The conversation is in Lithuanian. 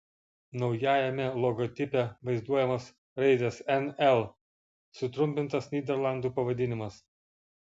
naujajame logotipe vaizduojamos raidės nl sutrumpintas nyderlandų pavadinimas